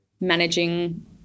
managing